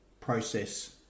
process